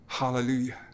hallelujah